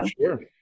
Sure